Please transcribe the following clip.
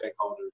stakeholders